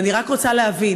אבל אני רק רוצה להבין: